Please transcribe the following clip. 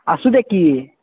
असूद्या की